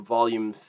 Volume